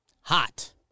Hot